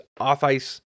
off-ice